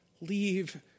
leave